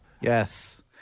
Yes